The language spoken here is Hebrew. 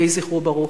יהי זכרו ברוך.